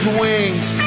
wings